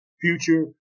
future